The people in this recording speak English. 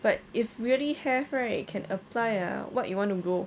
but if really have right can apply ah what you want to grow